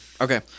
Okay